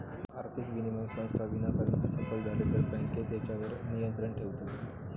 आर्थिक विनिमय संस्था विनाकारण असफल झाले तर बँके तेच्यार नियंत्रण ठेयतत